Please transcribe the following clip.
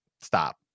stop